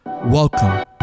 Welcome